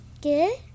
Good